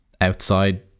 Outside